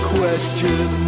question